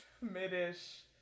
mid-ish